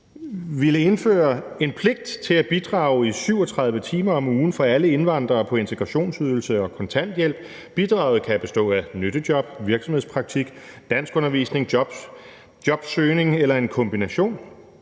indføre en pligt til at bidrage i 37 timer om ugen for alle indvandrere på integrationsydelse og kontanthjælp. Bidraget kan bestå af nyttejob, virksomhedspraktik, danskundervisning, jobsøgning eller en kombination.